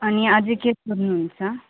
अनि अझै के सोध्नुहुन्छ